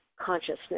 consciousness